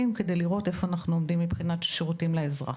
כדי לראות איפה אנחנו עומדים מבחינת שירותים לאזרח.